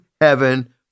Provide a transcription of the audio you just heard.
heaven